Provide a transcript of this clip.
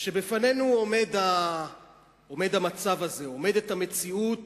כשבפנינו עומד המצב הזה, עומדת המציאות